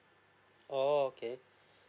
oo okay